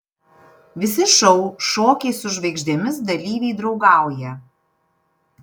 visi šou šokiai su žvaigždėmis dalyviai draugauja